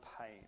pain